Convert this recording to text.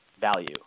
value